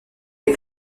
des